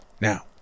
Now